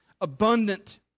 Abundant